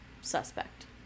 suspect